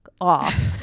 off